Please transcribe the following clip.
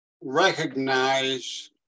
recognize